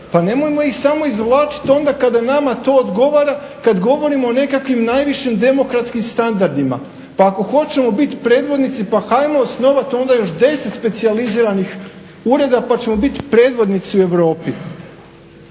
Pa nemojmo ih samo izvlačiti onda kada nama to odgovara, kad govorimo o nekakvim najvišim demokratskim standardima. Pa ako hoćemo biti predvodnici pa hajmo osnovati onda još deset specijaliziranih ureda pa ćemo biti predvodnici u Europi,